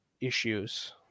issues